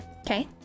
Okay